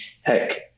heck